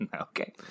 Okay